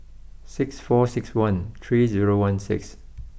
six four six one three zero one six